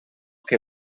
que